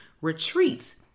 retreats